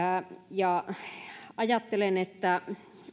ajattelen että